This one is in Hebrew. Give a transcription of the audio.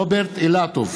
רוברט אילטוב,